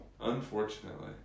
Unfortunately